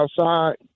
outside